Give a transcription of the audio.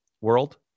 world